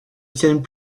tiennent